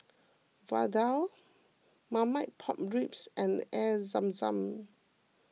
Vadai Marmite Pork Ribs and Air Zam Zam